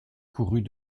courut